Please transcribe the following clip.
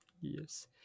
yes